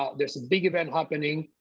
um there's a big event happening.